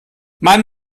man